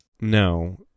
No